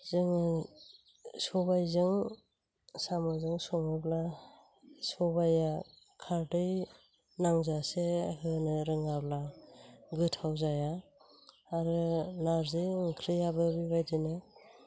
जोङो सबायजों साम'जों सङोब्ला सबाया खारदै नांजासे होनो रोङाब्ला गोथाव जाया आरो नारजि ओंख्रियाबो बेबायदिनो